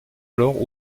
alors